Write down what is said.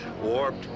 warped